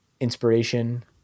inspiration